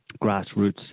grassroots